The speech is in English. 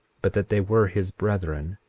but that they were his brethren,